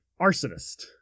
arsonist